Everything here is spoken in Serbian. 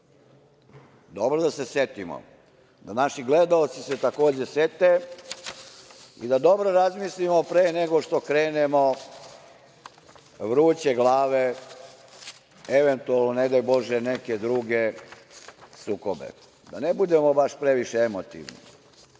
Dobro da se setimo, da se naši gledaoci takođe sete i da dobro razmislimo pre nego što krenemo vruće glave eventualno, ne daj bože, u neke druge sukobe, da ne budemo baš previše emotivni.